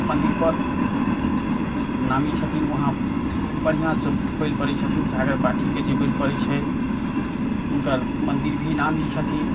मन्दिर पर नामी छथिन वहाँ बढ़िआसँ बलि पड़ै छथिन छागर पाठी जेकरा जे बनि पड़ै छै हुनकर मन्दिर भी नामी छथिन